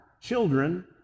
children